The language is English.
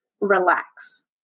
relax